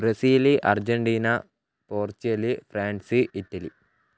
Brazil Argentina Portugal France Italy